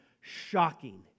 shocking